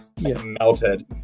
melted